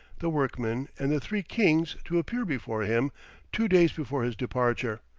the workmen, and the three kings to appear before him two days before his departure,